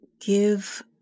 give